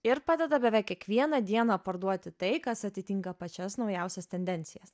ir padeda beveik kiekvieną dieną parduoti tai kas atitinka pačias naujausias tendencijas